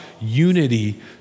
unity